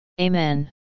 Amen